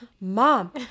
mom